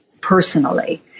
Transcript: personally